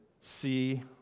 see